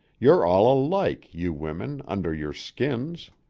you're all alike, you women, under your skins.